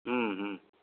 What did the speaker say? ಹ್ಞೂ ಹ್ಞೂ